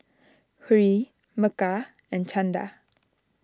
Hri Milkha and Chanda